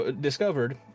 discovered